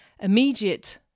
immediate